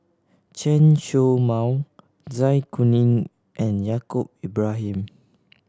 Chen Show Mao Zai Kuning and Yaacob Ibrahim